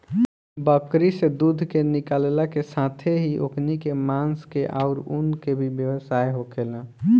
बकरी से दूध के निकालला के साथेही ओकनी के मांस के आउर ऊन के भी व्यवसाय होखेला